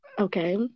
Okay